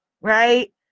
right